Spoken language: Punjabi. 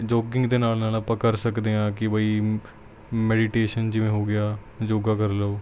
ਯੋਗਿੰਗ ਦੇ ਨਾਲ ਨਾਲ ਆਪਾਂ ਕਰ ਸਕਦੇ ਹਾਂ ਕਿ ਬਈ ਮੈਡੀਟੇਸ਼ਨ ਜਿਵੇਂ ਹੋ ਗਿਆ ਯੋਗਾ ਕਰ ਲਓ